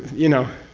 you know?